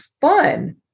fun